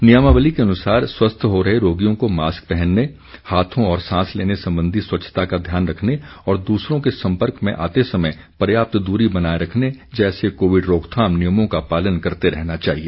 नियमावली के अनुसार स्वस्थ हो रहे रोगियों को मास्क पहनने हाथों और सांस लेने संबंधी स्वच्छता का ध्यान रखने और द्सरों के संपर्क में आते समय पर्याप्त दूरी बनाए रखने जैसे कोविड रोकथाम नियमों का पालन करते रहना चाहिए